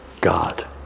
God